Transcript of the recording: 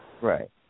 Right